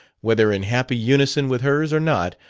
whether in happy unison with hers or not,